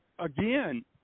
Again